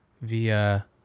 via